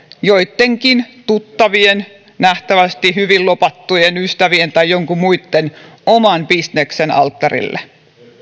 joittenkin tuttavien nähtävästi hyvin lobattujen ystävien tai joidenkin muitten oman bisneksen alttarille